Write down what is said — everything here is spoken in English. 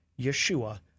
Yeshua